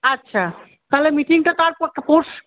আচ্ছা তাহলে মিটিংটা তারপর পরশ